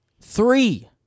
three